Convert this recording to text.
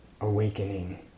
awakening